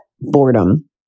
boredom